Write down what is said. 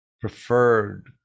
preferred